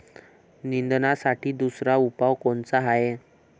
निंदनासाठी दुसरा उपाव कोनचा हाये?